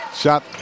Shot